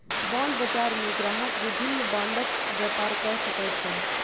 bond बजार मे ग्राहक विभिन्न बांडक व्यापार कय सकै छै